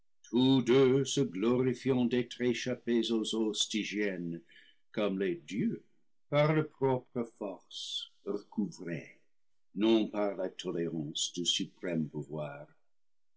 d'être échappés aux eauxstygiennes comme les dieux par leurs propres forces recouvrées non par la tolérance du suprême pouvoir